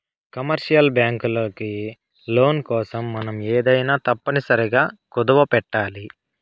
commercial బ్యాంకులకి loan కోసం మనం ఏమైనా తప్పనిసరిగా కుదవపెట్టాలి